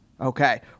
Okay